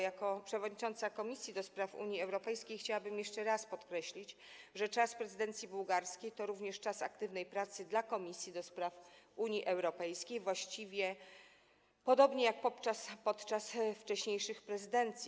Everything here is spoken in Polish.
Jako przewodnicząca Komisji do Spraw Unii Europejskiej chciałabym jeszcze raz podkreślić, że czas prezydencji bułgarskiej to również czas aktywnej pracy dla Komisji do Spraw Unii Europejskiej, właściwie podobnie jak podczas wcześniejszych prezydencji.